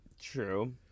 True